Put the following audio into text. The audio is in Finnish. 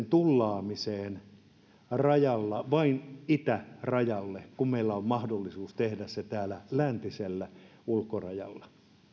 tullaaminen rajalla keskittää vain itärajalle kun meillä on mahdollisuus tehdä se täällä läntisellä ulkorajalla